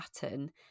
pattern